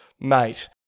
mate